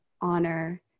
honor